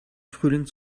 frühling